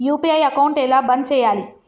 UPI account ఎలా బంద్ చేయాలి?